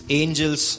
angels